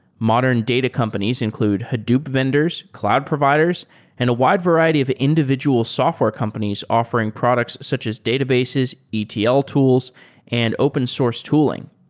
modern data companies include hadoop vendors, cloud providers and a wide variety of individual software companies offering products such as databases, etl tools and open source tooling.